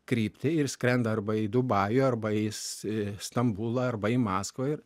kryptį ir skrenda arba į dubajų arba į stambulą arba į maskvą ir